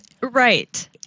Right